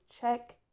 check